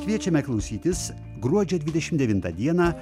kviečiame klausytis gruodžio dvidešim devintą dieną